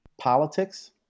politics